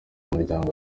muryango